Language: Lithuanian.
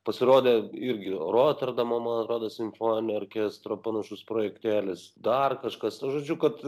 pasirodė irgi roterdamo man rodos simfoninio orkestro panašus projektėlis dar kažkas nu žodžiu kad